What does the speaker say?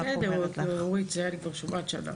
בסדר, את זה אני כבר שומעת שנה.